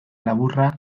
laburra